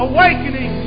Awakening